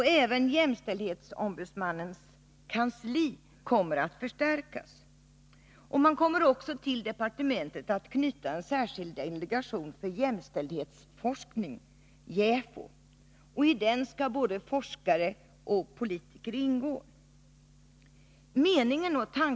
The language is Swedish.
Även jämställdhetsombudsmannens kansli kommer att förstärkas. Man kommer också att till departementet knyta en särskild delegation för jämställdhetsforskning, JÄFO. I den skall både forskare och politiker ingå.